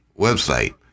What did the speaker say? website